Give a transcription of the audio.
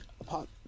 Apart